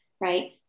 right